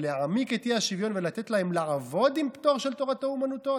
אבל להעמיק את האי-שוויון ולתת להם לעבוד עם פטור של תורתו אומנותו?